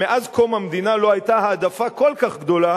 שמאז קום המדינה לא היתה העדפה כל כך גדולה